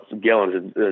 Gallon's